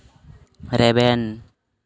ᱨᱮᱵᱮᱱ